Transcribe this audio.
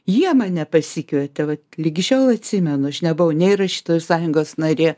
jie mane pasikvietė vat ligi šiol atsimenu aš nebuvau nei rašytojų sąjungos narė